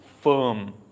firm